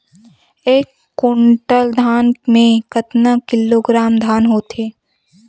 एक कुंटल धान में कतका किलोग्राम धान होथे?